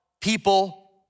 people